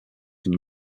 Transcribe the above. some